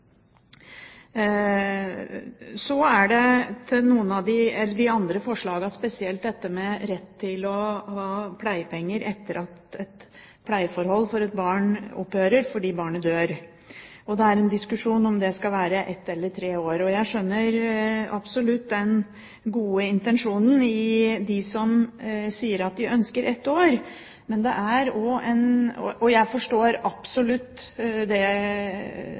det noen andre forslag, spesielt dette med rett til pleiepenger etter at et pleieforhold for et barn opphører fordi barnet dør. Det er en diskusjon om det skal være ett eller tre år. Jeg skjønner absolutt den gode intensjonen til dem som sier at de ønsker ett år, og jeg forstår det absolutt når man sier at dette handler om en krise som kanskje er det